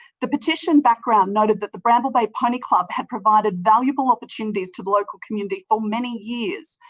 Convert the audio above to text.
the petition background noted that the bramble bay pony club had provided valuable opportunities to the local community for many years.